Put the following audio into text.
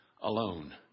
alone